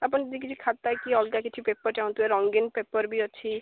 ଆପଣ ଯଦି କିଛି ଖାତା କି ଅଲଗା କିଛି ପେପର୍ ଚାହୁଁଥିବେ ରଙ୍ଗିନ୍ ପେପର୍ ବି ଅଛି